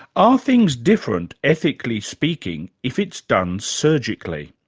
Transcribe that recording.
are things different, ethically speaking, if it's done surgically?